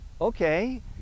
okay